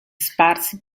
sparsi